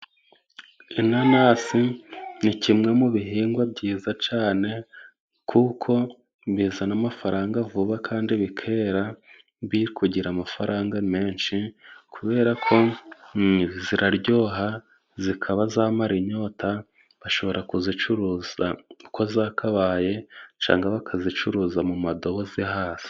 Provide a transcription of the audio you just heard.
Inanasi ni kimwe mu bihingwa byiza cyane kuko bizana amafaranga vuba kandi bikera, biri kugira amafaranga menshi, kubera ko ziraryoha zikaba zamara inyota. Bashobora kuzicuruza uko zakabaye, cyangwa bakazicuruza mu ndobo zihase.